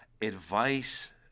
advice